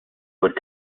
would